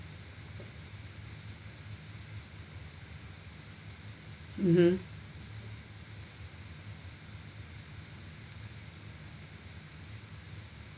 mmhmm